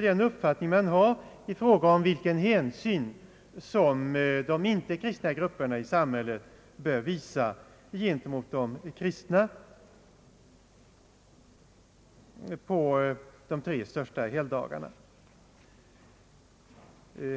den uppfattning samhället har i fråga om vilken hänsyn som de icke kristna grupperna i samhället bör visa gentemot de kristna på de tre största helgdagarna.